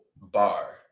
bar